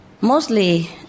Mostly